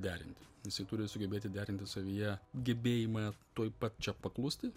derinti jisai turi sugebėti derinti savyje gebėjimą tuoj pat čia paklusti